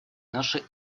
наши